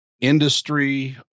industry